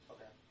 Okay